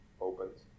Opens